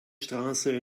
straße